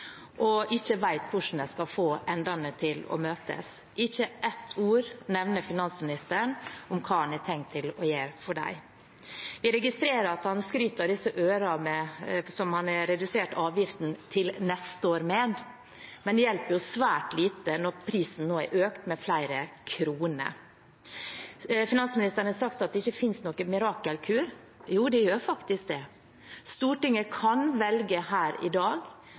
og ikke vet hvordan de skal få endene til å møtes – enten de er uføre, pensjonister eller har andre grunner. Ikke ett ord nevner finansministeren om hva han har tenkt til å gjøre for dem. Jeg registrerer at han skryter av disse ørene han har redusert avgiften til neste år med, men det hjelper jo svært lite når prisen nå har økt med flere kroner. Finansministeren har sagt at det ikke finnes noen mirakelkur. Jo, det gjør faktisk det. Stortinget kan velge, her i dag,